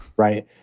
right?